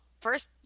First